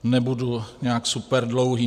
Nebudu nějak superdlouhý.